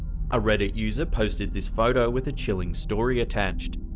a reddit user posted this photo with a chilling story attached.